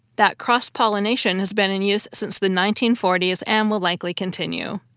that cross-pollination has been in use since the nineteen forty s and will likely continue.